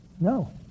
No